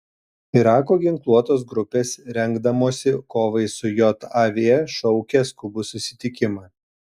irako ginkluotos grupės rengdamosi kovai su jav šaukia skubų susitikimą